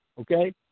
okay